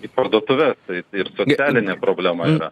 į parduotuves ir socialinė problema yra